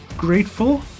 Grateful